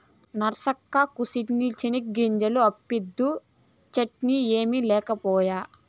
నరసక్కా, కూసిన్ని చెనిగ్గింజలు అప్పిద్దూ, చట్నీ ఏమి లేకపాయే